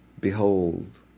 behold